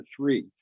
three